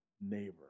neighbor